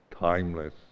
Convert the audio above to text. Timeless